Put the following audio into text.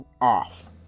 off